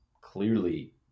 clearly